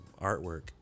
artwork